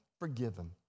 forgiven